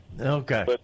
Okay